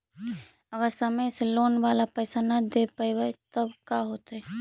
अगर समय से लोन बाला पैसा न दे पईबै तब का होतै?